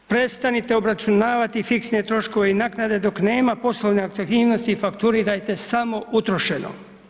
Prestanite obračunavati fiksne troškove i naknade dok nema poslovne aktivnosti i fakturirajte samo utrošeno.